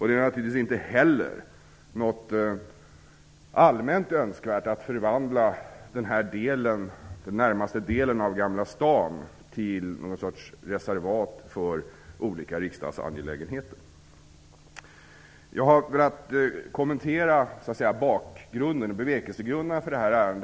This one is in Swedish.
Det är naturligtvis inte heller allmänt önskvärt att förvandla den närmaste delen av Gamla stan till något slags reservat för olika riksdagsangelägenheter. Jag har velat kommentera bevekelsegrunderna för det här ärendet.